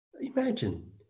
imagine